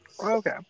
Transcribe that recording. okay